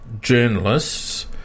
journalists